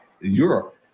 Europe